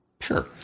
Sure